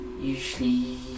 usually